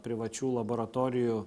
privačių laboratorijų